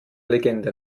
legende